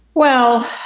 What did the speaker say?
well,